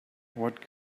what